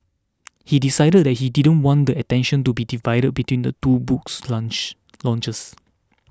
he decided that he didn't want the attention to be divided between the two books launch launches